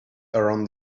around